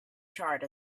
charred